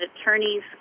attorneys